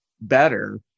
better